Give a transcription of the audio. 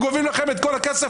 אנחנו גובים לכם את כל הכסף,